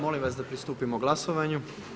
Molim vas da pristupimo glasovanju.